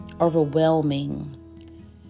overwhelming